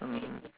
mm